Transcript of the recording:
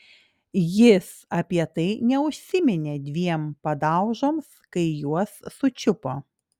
jis apie tai neužsiminė dviem padaužoms kai juos sučiupo